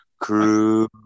crew